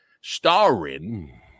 Starring